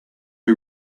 who